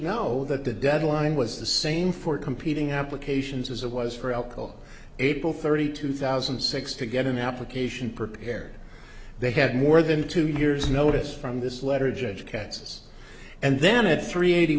know that the deadline was the same for competing applications as it was for elko april thirtieth two thousand and six to get an application prepared they had more than two years notice from this letter judge kansas and then a three eighty